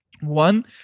One